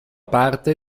parte